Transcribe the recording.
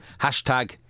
Hashtag